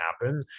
happen